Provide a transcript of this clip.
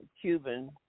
Cuban